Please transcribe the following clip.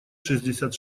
шестьдесят